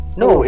no